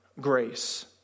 grace